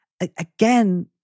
again